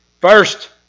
First